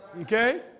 Okay